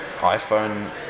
iPhone